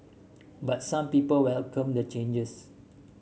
but some people welcome the changes